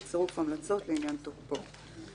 בצירוף המלצות לעניין תוקפו של חוק זה.